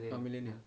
orh millennial